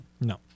No